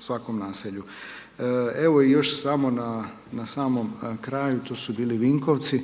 svakom naselju. Evo, još samo na samom kraju, to su bili Vinkovci,